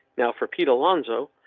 now for pete alonso,